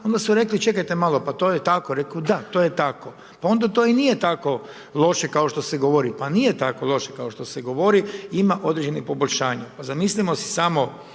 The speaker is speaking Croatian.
onda su rekli čekajte malo, pa to je tako, reko da, to je tako. Pa onda to i nije tako loše kao što se govori. Pa nije tako loše kao što se govori. Ima određenih poboljšanja. Pa zamislimo si samo